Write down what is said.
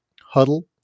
Huddle